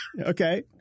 Okay